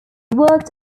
worked